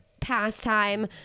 pastime